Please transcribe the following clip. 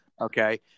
Okay